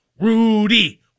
Rudy